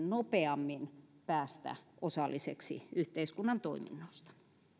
nopeammin päästä osalliseksi yhteiskunnan toiminnoista